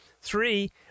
Three